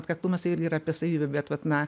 atkaklumas tai irgi yra savybė bet vat na